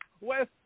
West